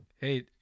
Hey